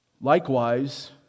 Likewise